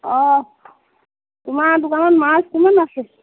অঁ তোমাৰ দোকানত মাছ কিমান আছে